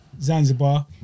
Zanzibar